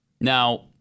Now